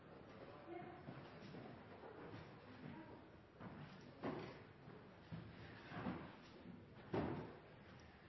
tok